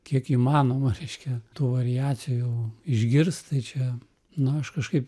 kiek įmanoma reiškia tų variacijų išgirst tai čia na aš kažkaip